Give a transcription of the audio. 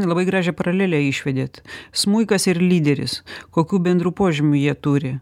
labai gražią paralelę išvedėt smuikas ir lyderis kokių bendrų požymių jie turi